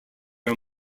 are